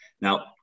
now